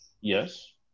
Yes